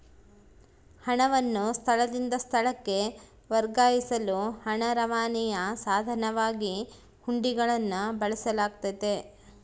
ಹಣವನ್ನು ಸ್ಥಳದಿಂದ ಸ್ಥಳಕ್ಕೆ ವರ್ಗಾಯಿಸಲು ಹಣ ರವಾನೆಯ ಸಾಧನವಾಗಿ ಹುಂಡಿಗಳನ್ನು ಬಳಸಲಾಗ್ತತೆ